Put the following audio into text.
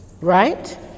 right